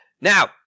Now